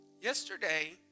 Yesterday